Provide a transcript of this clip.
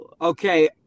okay